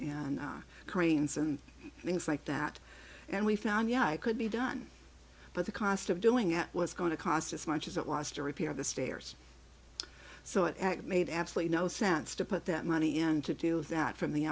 cranes and things like that and we found yeah it could be done but the cost of doing it was going to cost as much as it was to repair the stairs so it made absolutely no sense to put that money and to do that from the